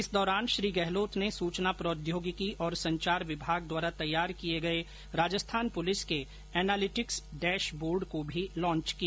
इस दौरान श्री गहलोत ने सूचना प्रौद्योगिकी एवं संचार विभाग द्वारा तैयार किए गए राजस्थान पुलिस के एनालिटिक्स डैश बोर्ड को भी लॉन्च किया